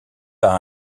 par